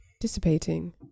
dissipating